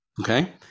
Okay